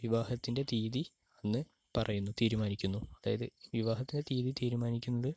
വിവാഹത്തിൻ്റെ തീയതി അന്ന് പറയുന്നു തീരുമാനിക്കുന്നു അതായത് വിവാഹത്തിൻ്റെ തീയതി തീരുമാനിക്കുന്നത്